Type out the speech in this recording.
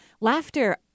Laughter